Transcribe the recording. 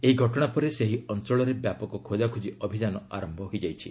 ଏହି ଘଟଣା ପରେ ସେହି ଅଞ୍ଚଳରେ ବ୍ୟାପକ ଖୋକାଖୋକି ଅଭିଯାନ ଆରମ୍ଭ ହୋଇଯାଇଛି